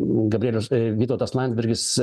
gabrielius vytautas landsbergis